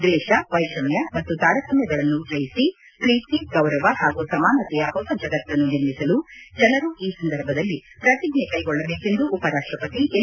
ದ್ವೇಷ ವೈಷಮ್ಯ ಮತ್ತು ತಾರತಮ್ಯಗಳನ್ನು ಜಯಿಸಿ ಪ್ರೀತಿ ಗೌರವ ಹಾಗೂ ಸಮಾನತೆಯ ಹೊಸ ಜಗತ್ತನ್ನು ನಿರ್ಮಿಸಲು ಜನರು ಈ ಸಂದರ್ಭದಲ್ಲಿ ಪ್ರತಿಜ್ಞೆ ಕೈಗೊಳ್ಳಬೇಕೆಂದು ಉಪರಾಷ್ಟಪತಿ ಎಂ